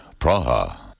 Praha